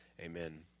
amen